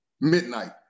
midnight